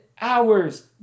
hours